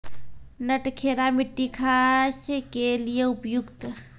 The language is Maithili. नटखेरा मिट्टी घास के लिए उपयुक्त?